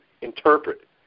interpret